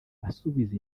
asubiza